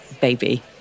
baby